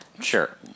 Sure